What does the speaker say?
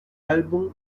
álbum